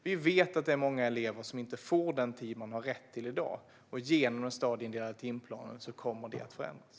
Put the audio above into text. Vi vet att det är många elever som inte får den tid de har rätt till i dag, och genom den stadieindelade timplanen kommer det att förändras.